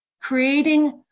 creating